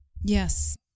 Yes